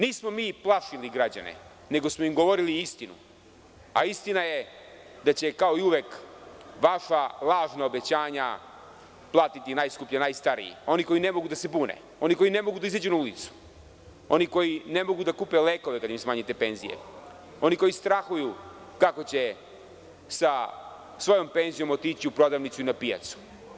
Nismo mi plašili građane nego smo im govorili istinu, a istina je da će kao i uvek vaša lažna obećanja platiti najskuplje najstariji, oni koji ne mogu da se bune, oni koji ne mogu da izađu na ulicu, oni koji ne mogu da kupe lekove kada im smanjite penzije, oni koji strahuju kako će sa svojom penzijom otići u prodavnicu ili na pijacu.